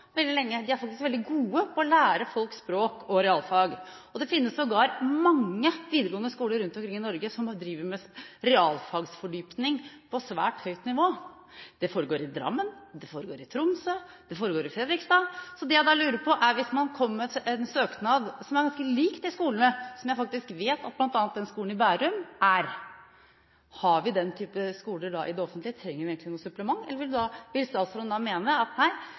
veldig lenge. De er faktisk veldig gode til å lære folk språk og realfag, og det finnes sågar mange videregående skoler rundt omkring i Norge som driver med realfagsfordypning på svært høyt nivå. Det foregår i Drammen. Det foregår i Tromsø. Det foregår i Fredrikstad. Det jeg da lurer på, er: Hvis man kommer med en søknad om en skole som er ganske lik de skolene vi faktisk har – jeg vet bl.a. om en skole i Bærum – hvis vi da har den typen skoler i det offentlige, trenger vi noe supplement, eller vil statsråden mene at